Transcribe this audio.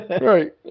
Right